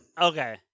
Okay